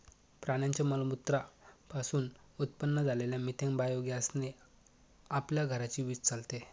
प्राण्यांच्या मलमूत्रा पासून उत्पन्न झालेल्या मिथेन बायोगॅस ने आपल्या घराची वीज चालते